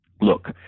Look